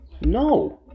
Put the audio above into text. no